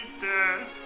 dead